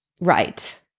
right